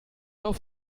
auf